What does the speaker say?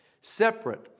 Separate